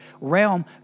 realm